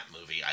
movie